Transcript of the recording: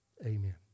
Amen